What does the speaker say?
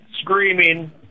screaming